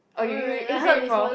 oh you you ate it before